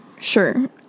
sure